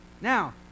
Now